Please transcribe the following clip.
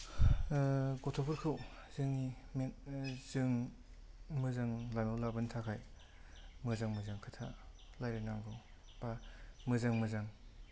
गथ'फोरखौ जोंनि मेन जों मोजां लामायाव लाबोनो थाखाय मोजां मोजां खोथा लायरायनांगौ बा मोजां मोजां